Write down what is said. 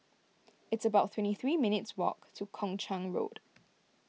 it's about twenty three minutes' walk to Kung Chong Road